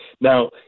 Now